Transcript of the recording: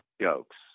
jokes